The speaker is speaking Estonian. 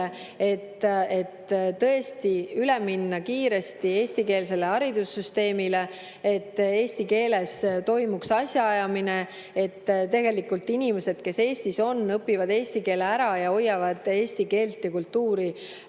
kiiresti üle minna eestikeelsele haridussüsteemile, et eesti keeles toimuks asjaajamine, et inimesed, kes Eestis on, õpiksid eesti keele ära ja hoiaksid eesti keelt ja kultuuri